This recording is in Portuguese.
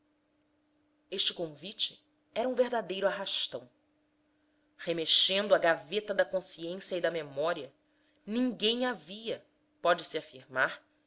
este convite era um verdadeiro arrastão remexendo a gaveta da consciência e da memória ninguém havia pode-se afirmar